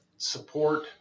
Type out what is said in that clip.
support